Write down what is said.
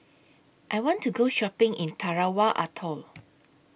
I want to Go Shopping in Tarawa Atoll